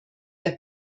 der